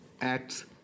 Acts